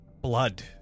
blood